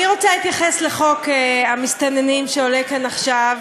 אני רוצה להתייחס לחוק המסתננים שעולה כאן עכשיו,